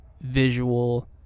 visual